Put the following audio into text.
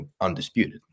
undisputed